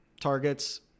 targets